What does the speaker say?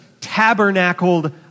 tabernacled